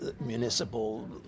municipal